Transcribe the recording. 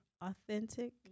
authentic